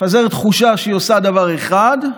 מפזרת תחושה שהיא עושה דבר אחד,